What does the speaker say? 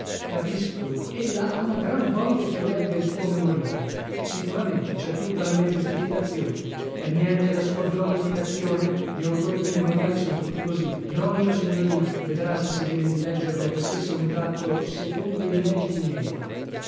capisco ella ha una gran voglia ch'io legga il suo memoriale sicuramente c'è tutta la mia giustificazione e niente la sua glorificazione gli autori di memoriali son tutti così non io signorina vedrà se si degna di leggerlo che spesso mi tratto secondo i meriti miei